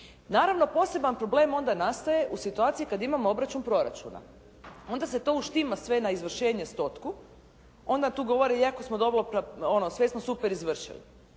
Naravno poseban problem onda nastaje u situaciji kad imamo obračun proračuna. Onda se to uštima sve na izvršenje stotku, onda tu govore jako smo dobro, sve smo super izvršili,